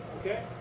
Okay